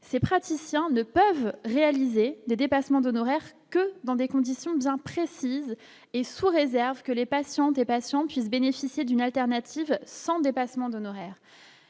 ces praticiens ne peuvent réaliser des dépassements d'honoraires que dans des conditions de gens précise et sous réserve que les patientes et patients puissent bénéficier d'une alternative sans dépassement d'honoraires